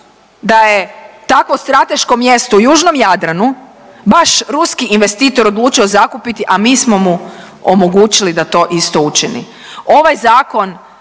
da je takvo strateško mjesto u Južnom Jadranu baš ruski investitor odlučio zakupiti, a mi smo mu omogućili da to isto učini. Ovaj zakon